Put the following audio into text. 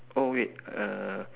oh wait uh